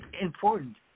important